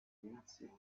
lindsey